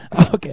Okay